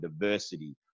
diversity